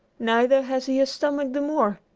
neither has he a stomach the more!